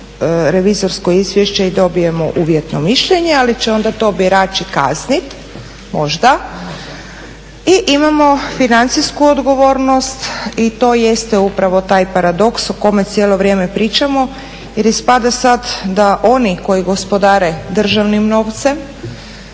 revizorsko izvješće dobijemo uvjetno mišljenje, ali će onda to birači kaznit možda i imamo financijsku odgovornost i to jeste upravo taj paradoks o kojem cijelo vrijeme pričamo jer ispada sada da oni koji gospodare državnim novcem,